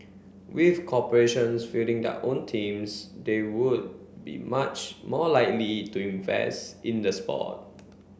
with corporations fielding their own teams they would be much more likely to invest in the sport